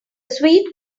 sweet